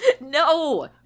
No